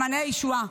מעייני הישועה.